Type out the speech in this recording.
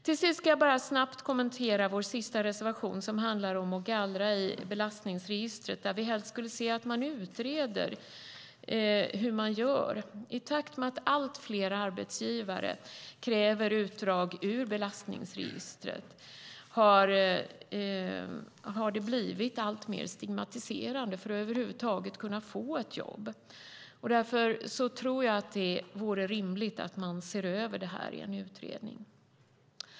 Till sist ska jag bara snabbt kommentera vår sista reservation, som handlar om att gallra i belastningsregistret, där vi helst skulle se att man utreder hur man gör. I takt med att allt fler arbetsgivare kräver utdrag ur belastningsregistret har det blivit alltmer stigmatiserande för att över huvud taget kunna få ett jobb. Därför tror jag att det vore rimligt att man ser över detta i en utredning.